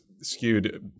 skewed